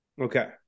Okay